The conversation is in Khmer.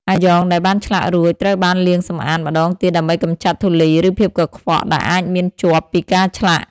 អាយ៉ងដែលបានឆ្លាក់រួចត្រូវបានលាងសម្អាតម្តងទៀតដើម្បីកម្ចាត់ធូលីឬភាពកខ្វក់ដែលអាចមានជាប់ពីការឆ្លាក់។